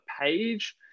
page